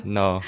no